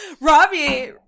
Robbie